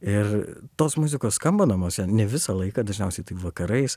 ir tos muzikos skamba namuose ne visą laiką dažniausiai tai vakarais